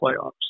playoffs